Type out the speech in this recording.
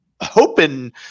hoping